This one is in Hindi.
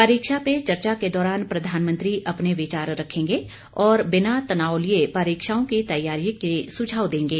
परीक्षा पे चर्चा के दौरान प्रधानमंत्री अपने विचार रखेंगे और बिना तनाव लिए परीक्षाओं की तैयारी के सुझाव देंगे